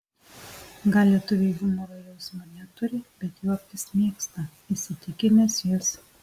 gal lietuviai humoro jausmo ir neturi bet juoktis mėgsta įsitikinęs jis